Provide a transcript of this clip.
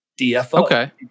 DFO